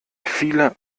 viele